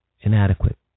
inadequate